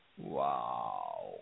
Wow